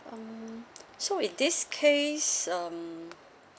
um so in this case um